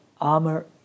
armor